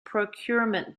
procurement